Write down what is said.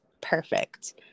perfect